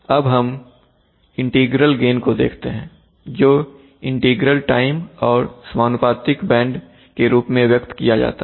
अब हम integral gain को देखते हैं जो इंटीग्रल टाइम और समानुपातिक बैंड के रूप में व्यक्त किया जाता है